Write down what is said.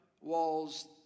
walls